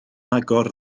agor